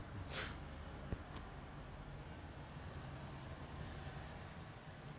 then I was like then my other guy was like no he's like that then I was like ya and all that lah